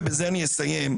ובזה אני אסיים,